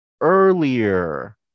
earlier